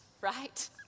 right